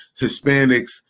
Hispanics